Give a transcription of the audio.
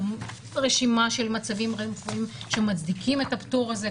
רשימה של מצבים רפואיים שמצדיקים את הפטור הזה,